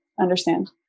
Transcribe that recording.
understand